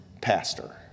pastor